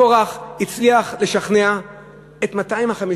קורח הצליח לשכנע את 250 האיש,